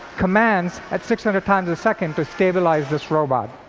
commands at six hundred times a second, to stabilize this robot.